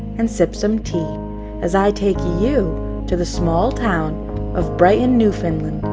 and sip some tea as i take you to the small town of brighton, newfoundland.